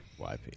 YP